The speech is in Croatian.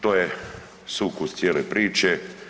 To je sukus cijele priče.